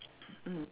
mm